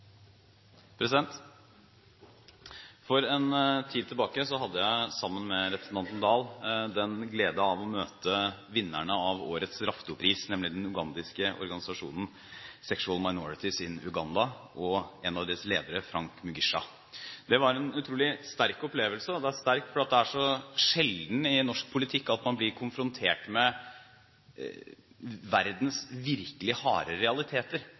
For en tid tilbake hadde jeg, sammen med representanten Oktay Dahl, gleden av å møte vinneren av årets Raftopris, nemlig den ugandiske organisasjonen Sexual Minorities Uganda, og en av dens ledere, Frank Mugisha. Det var en utrolig sterk opplevelse, og det er sterkt fordi det er så sjelden i norsk politikk at man blir konfrontert med verdens virkelig harde realiteter.